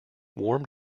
warm